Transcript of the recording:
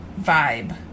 vibe